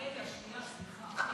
רגע, שנייה, שנייה.